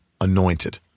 anointed